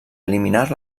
eliminar